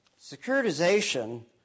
Securitization